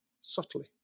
subtly